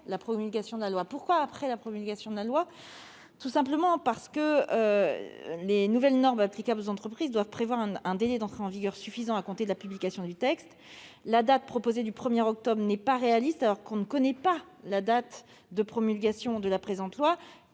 faire après cette promulgation ? Tout simplement, les nouvelles normes applicables aux entreprises doivent prévoir un délai d'entrée en vigueur suffisant à compter de la publication du texte. La date proposée du 1 octobre prochain n'est pas réaliste alors qu'on ne connaît pas la date de promulgation du présent